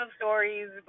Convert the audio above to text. stories